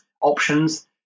options